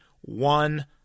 one